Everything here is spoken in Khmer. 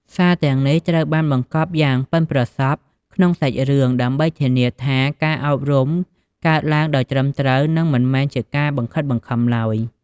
សារទាំងនេះត្រូវបានបង្កប់យ៉ាងប៉ិនប្រសប់ក្នុងសាច់រឿង ដើម្បីធានាថាការអប់រំកើតឡើងដោយត្រឹមត្រូវ និងមិនមែនជាការបង្ខិតបង្ខំឡើយ។